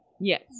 Yes